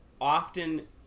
often